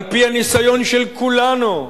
על-פי הניסיון של כולנו,